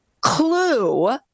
clue